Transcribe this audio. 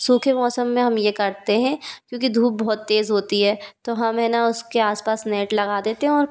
सूखे मौसम में हम यह करते हें क्योंकि धूप बहुत तेज़ होती है तो हम हैं न उसके आसपास नेट लगा देते हें और